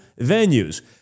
venues